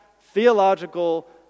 theological